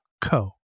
co